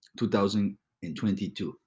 2022